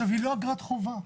היא לא אגרת חובה.